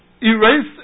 erase